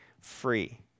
free